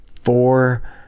four